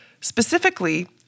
Specifically